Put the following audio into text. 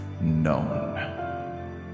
known